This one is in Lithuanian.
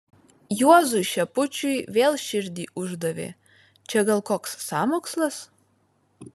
juozui šepučiui vėl širdį uždavė čia gal koks sąmokslas